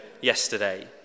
yesterday